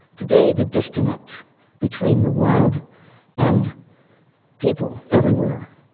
today the disconnect between the wild and people everywhere